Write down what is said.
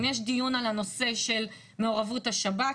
אם יש דיון על הנושא של מעורבות השב"כ,